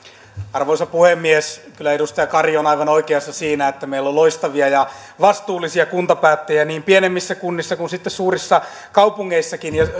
arvoisa puhemies kyllä edustaja kari on aivan oikeassa siinä että meillä on loistavia ja vastuullisia kuntapäättäjiä niin pienemmissä kunnissa kuin sitten suurissa kaupungeissakin